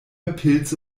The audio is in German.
pilze